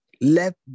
Let